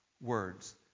Words